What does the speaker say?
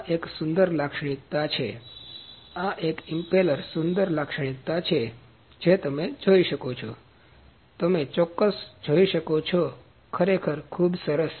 આ એક સુંદર લાક્ષણિક્તા છે આ ઇમ્પેલર એક સુંદર લાક્ષણિક્તા છે જે તમે કોણ જોઈ શકો છો તમે ચોકસાઈ જોઈ શકો છો ખરેખર ખૂબ સરસ